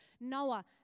Noah